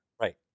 right